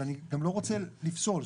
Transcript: אני גם לא רוצה לפסול.